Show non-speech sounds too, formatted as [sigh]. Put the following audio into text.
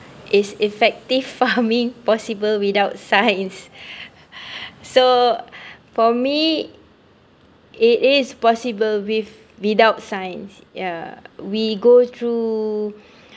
is effective [laughs] farming possible without science [breath] so for me it is possible with without science ya we go through